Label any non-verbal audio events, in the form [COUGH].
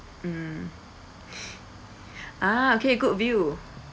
mm [BREATH] ah okay good view